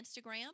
Instagram